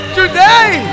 today